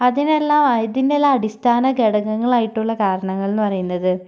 അതിനെല്ലാം ഇതിനെല്ലാം അടിസ്ഥാന ഘടകങ്ങൾ ആയിട്ടുള്ള കാരണങ്ങൾ എന്നു പറയുന്നത്